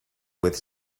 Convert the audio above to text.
with